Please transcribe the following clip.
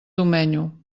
domenyo